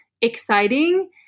exciting